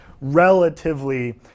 relatively